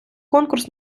конкурс